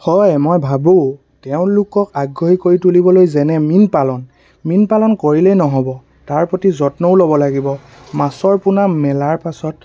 হয় মই ভাবোঁ তেওঁলোকক আগ্ৰহী কৰি তুলিবলৈ যেনে মীন পালন মীন পালন কৰিলেই নহ'ব তাৰ প্ৰতি যত্নও ল'ব লাগিব মাছৰ পোনা মেলাৰ পাছত